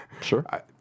Sure